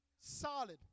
Solid